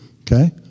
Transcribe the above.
okay